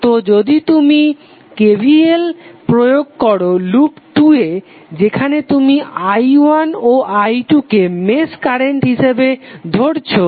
তো যদি তুমি KVL প্রয়োগ করো লুপ 2 এ যেখানে তুমি i1 ও i2 কে মেশ কারেন্ট হিসাবে ধরেছো